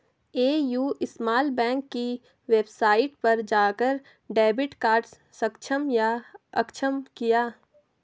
AU small bank की website पर जाकर डेबिट कार्ड सक्षम या अक्षम किया